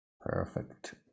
Perfect